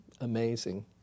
Amazing